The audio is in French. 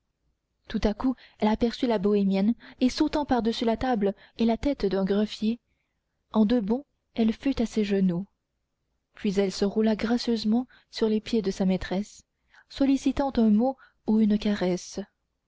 tout à coup elle aperçut la bohémienne et sautant par-dessus la table et la tête d'un greffier en deux bonds elle fut à ses genoux puis elle se roula gracieusement sur les pieds de sa maîtresse sollicitant un mot ou une caresse